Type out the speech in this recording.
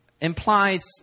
implies